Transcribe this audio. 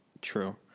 True